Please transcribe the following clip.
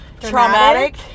traumatic